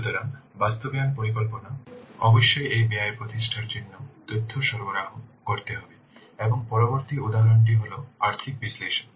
সুতরাং বাস্তবায়ন পরিকল্পনা অবশ্যই এই ব্যয় প্রতিষ্ঠার জন্য তথ্য সরবরাহ করতে হবে এবং পরবর্তী উপাদানটি হল আর্থিক বিশ্লেষণ